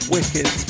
Wicked